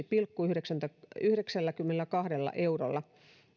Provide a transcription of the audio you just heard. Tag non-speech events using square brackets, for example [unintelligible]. [unintelligible] pilkku yhdeksälläkymmenelläkahdella eurolla